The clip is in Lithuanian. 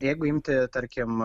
jeigu imti tarkim